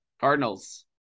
Cardinals